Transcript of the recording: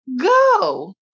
go